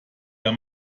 der